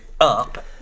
up